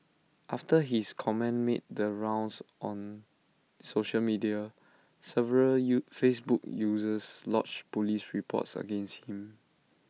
after his comment made the rounds on social media several U Facebook users lodged Police reports against him